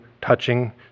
touching